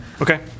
Okay